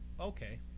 okay